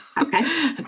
Okay